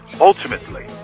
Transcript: ultimately